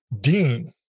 Dean